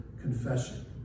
confession